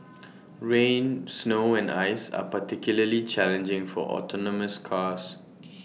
rain snow and ice are particularly challenging for autonomous cars